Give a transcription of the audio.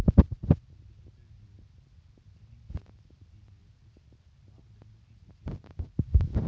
बेहतर due diligence के लिए कुछ मापदंडों की सूची बनाएं?